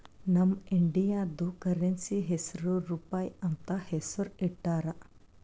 ನಮ್ ಇಂಡಿಯಾದು ಕರೆನ್ಸಿ ಹೆಸುರ್ ರೂಪಾಯಿ ಅಂತ್ ಹೆಸುರ್ ಇಟ್ಟಾರ್